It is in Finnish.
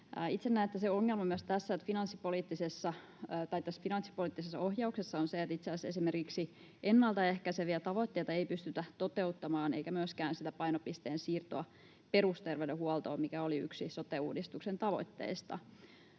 Itse näen, että se ongelma myös tässä finanssipoliittisessa ohjauksessa on se, että itse asiassa esimerkiksi ennaltaehkäiseviä tavoitteita ei pystytä toteuttamaan eikä myöskään sitä painopisteen siirtoa perusterveydenhuoltoon, mikä oli yksi sote-uudistuksen tavoitteista.